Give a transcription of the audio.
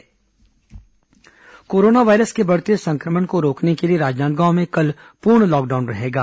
corona जिला corona virus के बढ़ते संक्रमण को रोकने के लिए राजनांदगांव में कल पूर्ण लॉकडाउन रहेगा